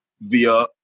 via